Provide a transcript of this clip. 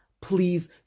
Please